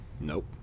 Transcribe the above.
Nope